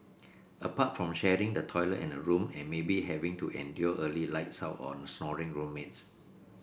apart from sharing the toilet and a room and maybe having to endure early lights out on snoring roommates